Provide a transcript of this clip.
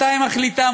מתי מחליטה,